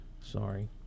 sorry